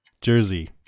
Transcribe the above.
Jersey